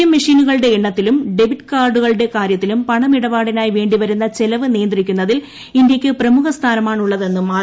M മെഷീനുകളുടെ എണ്ണത്തിലും debit കാർഡുകളുടെ കാര്യത്തിലും പണമിടപാടിനായി വേണ്ടിവരുന്ന ചെലവ് നിയന്ത്രിക്കുന്നതിൽ ഇന്ത്യയ്ക്ക് പ്രമുഖ സ്ഥാനമാണുളളതെന്നും ആർ